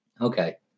Okay